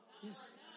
Yes